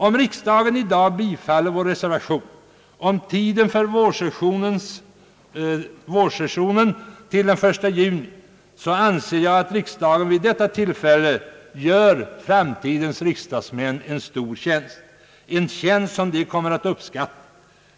Om riksdagen i dag bifaller vår reservation om att vårsessionen skall sluta före den 1 juni, anser jag att riksdagen vid detta tillfälle gör framtidens riksdagsmän en stor tjänst, en tjänst som de kommer att uppskatta.